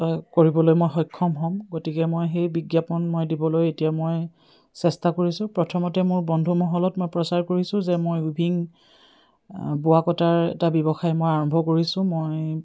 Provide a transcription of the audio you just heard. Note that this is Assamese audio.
কৰিবলৈ মই সক্ষম হ'ম গতিকে মই সেই বিজ্ঞাপন মই দিবলৈ এতিয়া মই চেষ্টা কৰিছোঁ প্ৰথমতে মোৰ বন্ধুমহলত মই প্ৰচাৰ কৰিছোঁ যে মই উভিন বোৱা কটাৰ এটা ব্যৱসায় মই আৰম্ভ কৰিছোঁ মই